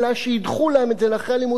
אלא שידחו להם את זה לאחרי הלימודים,